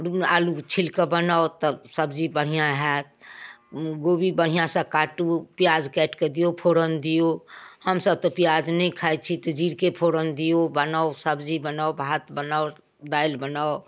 आलू छीलिकऽ बनाउ तऽ सब्जी बढ़िआँ हैत गोभी बढ़िआँसँ काटू पिआज काटिकऽ दिऔ फोड़न दिऔ हमसभ तऽ पिआज नहि खाइ छी तऽ जीरके फोड़न दिऔ बनाउ सब्जी बनाउ भात बनाउ दालि बनाउ